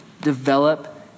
Develop